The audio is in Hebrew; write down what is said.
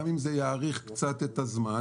גם אם זה יאריך קצת את הזמן.